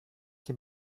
can